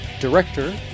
director